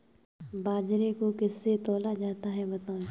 बाजरे को किससे तौला जाता है बताएँ?